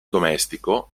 domestico